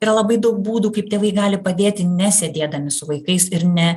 yra labai daug būdų kaip tėvai gali padėti nesėdėdami su vaikais ir ne